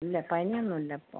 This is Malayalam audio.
ഇല്ല പനിയൊന്നുല്ലിപ്പോൾ